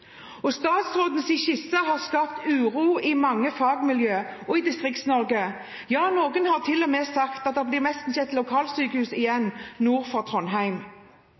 har skapt uro i mange fagmiljøer og i Distrikts-Norge. Noen har til og med sagt at det blir nesten ikke et lokalsykehus igjen nord for Trondheim.